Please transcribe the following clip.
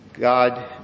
God